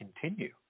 continue